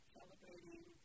Celebrating